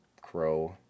Crow